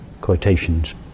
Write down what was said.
quotations